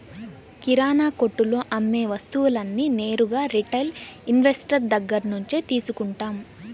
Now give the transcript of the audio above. కిరణాకొట్టులో అమ్మే వస్తువులన్నీ నేరుగా రిటైల్ ఇన్వెస్టర్ దగ్గర్నుంచే తీసుకుంటాం